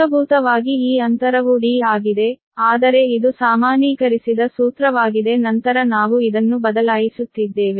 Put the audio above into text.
ಮೂಲಭೂತವಾಗಿ ಈ ಅಂತರವು D ಆಗಿದೆ ಆದರೆ ಇದು ಸಾಮಾನ್ಯೀಕರಿಸಿದ ಸೂತ್ರವಾಗಿದೆ ನಂತರ ನಾವು ಇದನ್ನು ಬದಲಾಯಿಸುತ್ತಿದ್ದೇವೆ